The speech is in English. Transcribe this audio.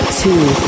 two